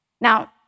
Now